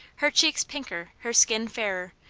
her cheeks pinker, her skin fairer,